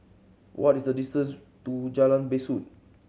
what is the distance to Jalan Besut